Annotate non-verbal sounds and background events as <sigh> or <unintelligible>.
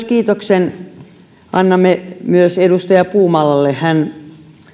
<unintelligible> kiitoksen myös edustaja puumalalle hän